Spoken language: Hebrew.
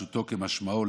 פשוטו כמשמעו,